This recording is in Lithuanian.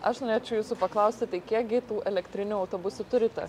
aš norėčiau jūsų paklausti tai kiek gi tų elektrinių autobusų turite